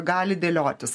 gali dėliotis